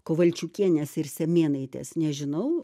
kovalčiukienės ir semėnaitės nežinau